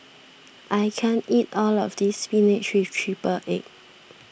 I can't eat all of this Spinach with Triple Egg